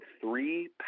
three